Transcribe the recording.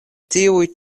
tiuj